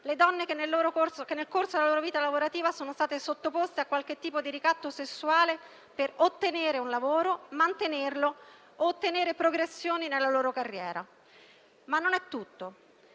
le donne che, nel corso della loro vita lavorativa, sono state sottoposte a qualche tipo di ricatto sessuale per ottenere un lavoro, mantenerlo o ottenere progressioni nella loro carriera. Non è tutto,